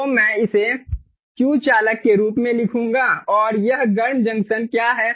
तो मैं इसे Q चालक के रूप में लिखूंगा और यह गर्म जंक्शन क्या है